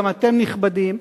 גם אתם נכבדים,